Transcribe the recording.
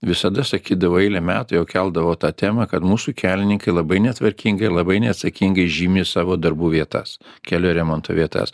visada sakydavau eilę metų jau keldavau tą temą kad mūsų kelininkai labai netvarkingai labai neatsakingai žymi savo darbų vietas kelio remonto vietas